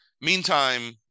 meantime